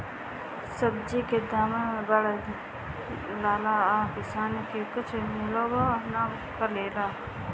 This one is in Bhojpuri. सब्जी के दामो बढ़ जाला आ किसान के कुछ मिलबो ना करेला